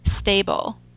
stable